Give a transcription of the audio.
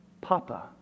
Papa